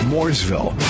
Mooresville